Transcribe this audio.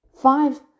five